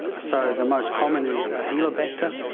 so the most common is helicobacter,